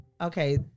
Okay